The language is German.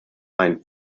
ein